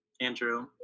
Andrew